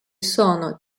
sono